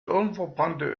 unverbrannte